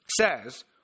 says